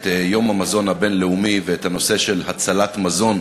את יום המזון הבין-לאומי ואת הנושא של הצלת מזון,